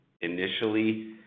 initially